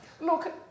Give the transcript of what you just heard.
look